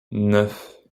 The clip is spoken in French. neuf